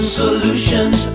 solutions